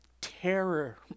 terror